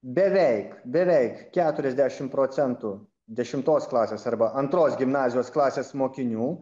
beveik beveik keturiasdešim procentų dešimtos klasės arba antros gimnazijos klasės mokinių